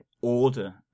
order